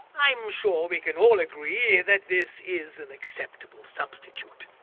i'm sure we can all agree that this is an acceptable substitute.